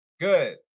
Good